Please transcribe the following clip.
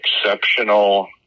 exceptional